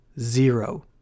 Zero